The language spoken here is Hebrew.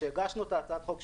כשהגשנו את הצעת החוק,